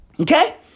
Okay